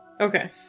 Okay